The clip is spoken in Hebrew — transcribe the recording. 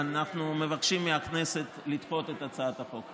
אנחנו מבקשים מהכנסת לדחות את הצעת החוק.